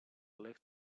lived